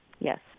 Yes